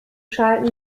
schalten